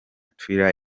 twitter